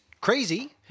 crazy